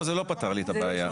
לא, זה לא פתר לי את הבעיה.